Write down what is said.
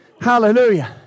Hallelujah